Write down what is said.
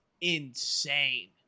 insane